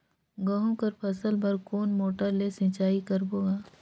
गहूं कर फसल बर कोन मोटर ले सिंचाई करबो गा?